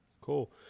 Cool